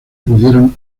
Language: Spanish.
acudieron